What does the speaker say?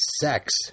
sex